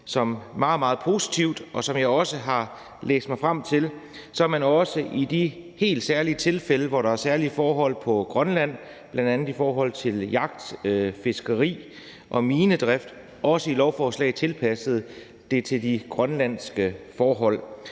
meget, meget positivt, og som jeg også har læst mig frem til, har man i de helt særlige tilfælde, hvor der er særlige forhold i Grønland, bl.a. i forhold til jagt, fiskeri og minedrift, i lovforslaget tilpasset det til de grønlandske forhold.